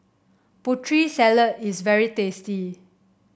Putri Salad is very tasty